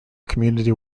community